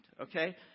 okay